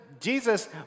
Jesus